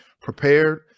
prepared